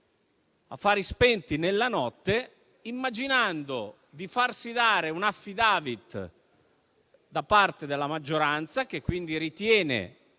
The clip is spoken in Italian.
a fari spenti nella notte, immaginando di farsi dare un *affidavit* da parte della maggioranza, che quindi ritiene